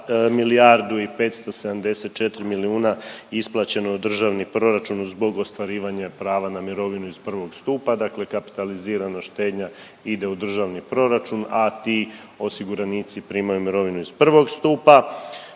milijardu i 574 milijuna isplaćeno je u Državni proračun zbog ostvarivanja prava na mirovinu iz I. stupa, dakle kapitalizirana štednja ide u Državni proračun, a ti osiguranici primaju mirovinu iz I. stupa.